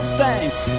thanks